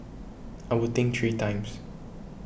I would think three times